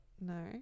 No